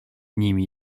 nimi